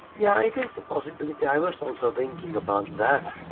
yeah, it is a possibility. i was also thinking about that.